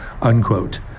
unquote